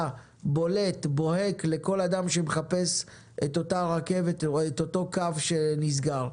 מספיק ברור לכל אדם שמחפש תחליף לאותו קו שנסגר.